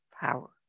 power